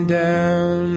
down